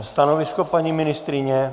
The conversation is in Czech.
Stanovisko paní ministryně?